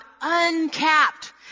uncapped